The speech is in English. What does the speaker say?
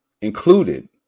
included